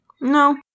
No